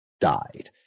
died